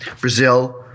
Brazil